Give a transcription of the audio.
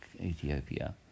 Ethiopia